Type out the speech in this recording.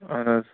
اَہن حظ